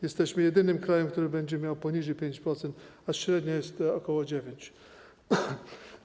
Jesteśmy jedynym krajem, który będzie miał poniżej 5%, a średnia jest ok. 9%.